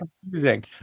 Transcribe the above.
confusing